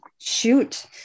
shoot